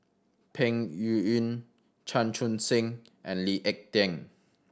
Peng Yuyun Chan Chun Sing and Lee Ek Tieng